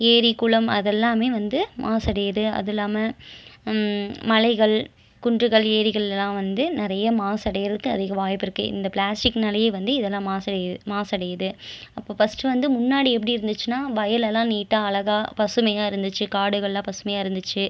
ஏரி குளம் அது எல்லாமே வந்து மாசடையுது அது இல்லாமல் மலைகள் குன்றுகள் ஏரிகள்லலாம் வந்து நிறைய மாசடைகிறதுக்கு அதிக வாய்ப்பு இருக்குது இந்த ப்ளாஸ்டிக்னாலயே வந்து இதெல்லாம் மாசடையுது மாசடையுது அப்போ ஃபஸ்ட்டு வந்து முன்னாடி எப்படி இருந்துச்சின்னால் வயல்லலாம் நீட்டாக அழகாக பசுமையாக இருந்துச்சு காடுகள்லாம் பசுமையாக இருந்துச்சு